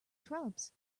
shrubs